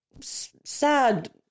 sad